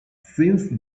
since